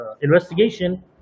investigation